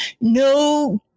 No